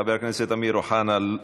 חבר הכנסת אמיר אוחנה,